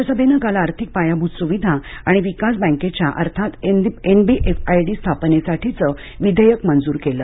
राज्यसभेनं काल आर्थिक पायाभूत सुविधा आणि विकास बँकेच्या अर्थात एनबीएफआयडी स्थापनेसाठीचं विधेयक मंजूर केलं